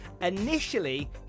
Initially